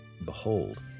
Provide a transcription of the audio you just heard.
behold